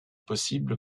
possible